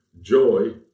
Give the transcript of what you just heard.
joy